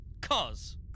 Cause